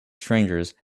strangers